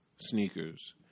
sneakers